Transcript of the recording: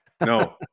No